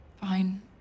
Fine